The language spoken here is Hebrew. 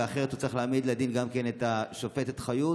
ואחרת הוא צריך להעמיד לדין גם את השופטת חיות,